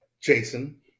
Jason